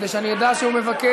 כדי שאני אדע שהוא מבקש.